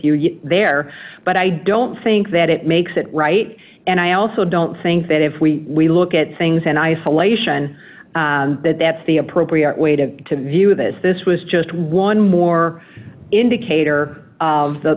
you there but i don't think that it makes it right and i also don't think that if we we look at things and isolation that that's the appropriate way to to view this this was just one more indicator